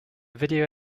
video